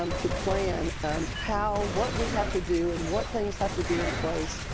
um to plan um how, what we have to do and what things have to be in place,